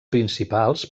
principals